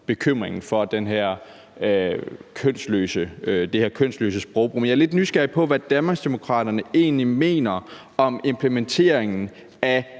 bekymringen for det her kønsløse sprogbrug. Men jeg er lidt nysgerrig på, hvad Danmarksdemokraterne egentlig mener om implementeringen af